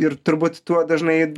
ir turbūt tuo dažnai